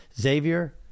Xavier